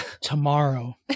tomorrow